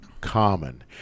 common